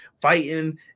fighting